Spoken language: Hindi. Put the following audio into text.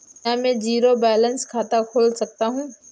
क्या मैं ज़ीरो बैलेंस खाता खोल सकता हूँ?